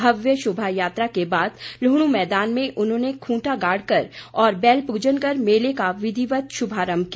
भव्य शोभायात्रा के बाद लूहणु मैदान में उन्होंने खूंटा गाढ़ कर और बैल पूजन कर मेले का विधिवत शुभारंभ किया